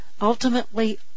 ultimately